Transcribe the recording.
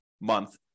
month